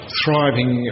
thriving